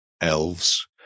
elves